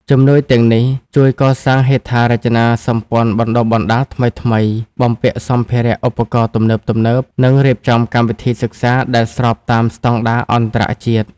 ជំនួយទាំងនេះជួយកសាងហេដ្ឋារចនាសម្ព័ន្ធបណ្តុះបណ្តាលថ្មីៗ បំពាក់សម្ភារៈឧបករណ៍ទំនើបៗ និងរៀបចំកម្មវិធីសិក្សាដែលស្របតាមស្តង់ដារអន្តរជាតិ។